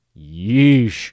Yeesh